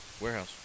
Warehouse